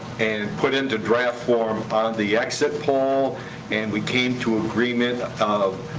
and put into draft form on the exit poll and we came to agreement of